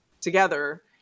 together